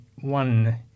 one